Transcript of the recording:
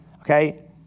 okay